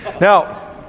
Now